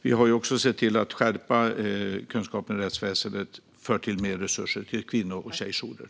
Vi har även sett till att kunskapen inom rättsväsendet skärps och fört till mer resurser till kvinno och tjejjourer.